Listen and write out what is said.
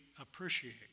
appreciate